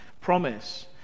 promise